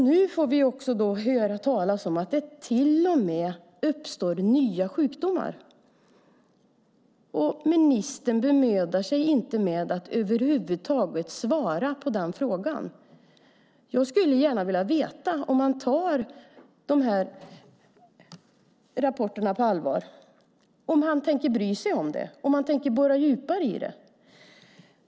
Nu får vi höra att det till och med uppstår nya sjukdomar. Men ministern bemödar sig inte om att över huvud taget svara på den frågan. Jag skulle gärna vilja veta om han tar dessa rapporter på allvar och om han tänker bry sig om det och borra djupare i det.